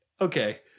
okay